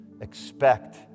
expect